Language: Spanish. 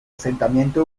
asentamiento